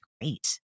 great